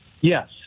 Yes